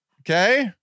okay